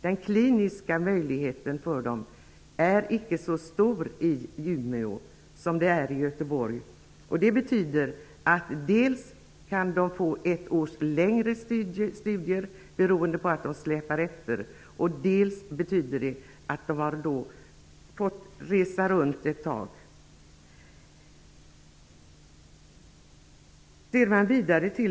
Den kliniska möjligheten för dem är icke så stor i Umeå som i Det betyder att dels kan de få ett års längre studier, beroende på att de släpar efter, dels har de fått resa runt ett tag.